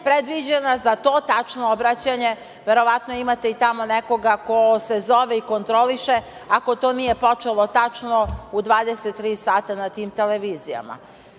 predviđena za to tačno obraćanje? Verovatno imate i tamo nekoga ko se zove i kontroliše, ako to nije počelo tačno u 23,00 sata na tim televizijama.